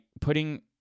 putting